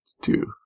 Two